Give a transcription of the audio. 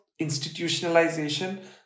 institutionalization